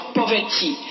poverty